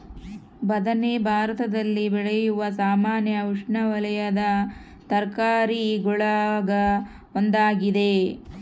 ಬದನೆ ಭಾರತದಲ್ಲಿ ಬೆಳೆಯುವ ಸಾಮಾನ್ಯ ಉಷ್ಣವಲಯದ ತರಕಾರಿಗುಳಾಗ ಒಂದಾಗಿದೆ